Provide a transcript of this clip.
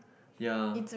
ya